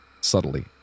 Subtly